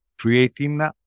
Creating